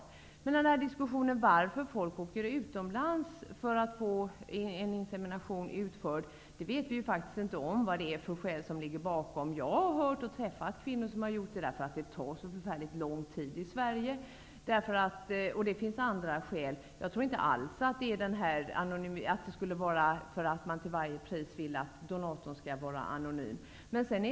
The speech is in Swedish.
För att återkomma till diskussionen om varför man åker utomlands för att få insemination utförd, så vet vi faktiskt inte vilka skäl som ligger bakom. Jag har både hört talas om kvinnor och träffat kvinnor själv som säger att det tar förfärligt lång tid i Sverige. Det finns även andra skäl. Jag tror inte alls att det beror på att man till varje pris vill ha en anonym donator.